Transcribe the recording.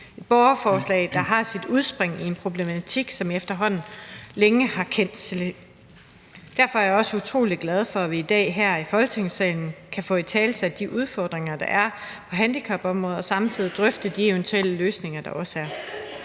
Borgerforslaget har sit udspring i en problematik, som vi efterhånden har kendt til længe. Derfor er jeg også utrolig glad for, at vi i dag her i Folketingssalen kan få italesat de udfordringer, der er på handicapområdet, og samtidig drøfte de eventuelle løsninger, der også er.